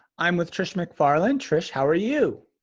i'm with trish mcfarlane. trish, how are you?